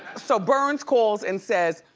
so, berns calls and says,